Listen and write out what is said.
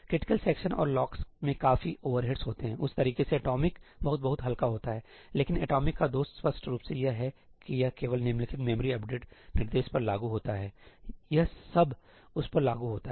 critical section और locks में काफी ओवरहेड्स होते हैंउस तरीके से एटॉमिकबहुत बहुत हल्का होता है लेकिन एटॉमिक का दोष स्पष्ट रूप से यह है कि यह केवल निम्नलिखित मेमोरी अपडेट निर्देश पर लागू होता है यह सब उस पर लागू होता है